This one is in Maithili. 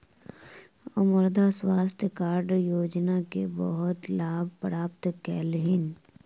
ओ मृदा स्वास्थ्य कार्ड योजना के बहुत लाभ प्राप्त कयलह्नि